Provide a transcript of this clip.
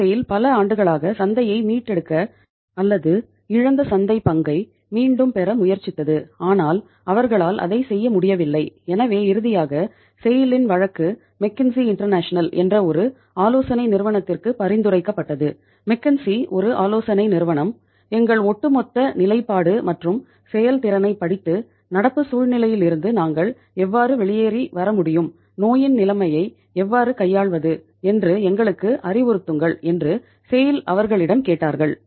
இந்த செய்ல் அவர்களிடம் கேட்டார்கள்